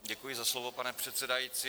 Děkuji za slovo, pane předsedající.